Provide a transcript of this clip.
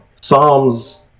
Psalms